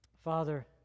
Father